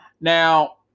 Now